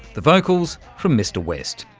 the vocals from mr west.